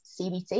CBT